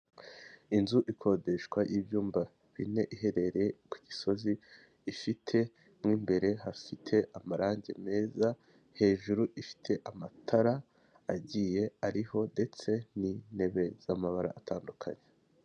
Inzu ikodeshwa y'ibyumba bine iherereye ku Gisozi, ifite mu imbere hafite amarange meza, hejuru ifite amatara agiye ariho ndetse n'intebe z'amabara atandukanye.